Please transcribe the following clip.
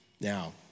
Now